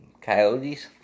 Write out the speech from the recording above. Coyotes